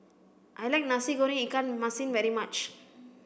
I like Nasi Goreng Ikan Masin very much